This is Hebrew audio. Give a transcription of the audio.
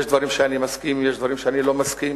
יש דברים שאני מסכים להם, יש דברים שאני לא מסכים,